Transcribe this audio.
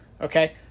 Okay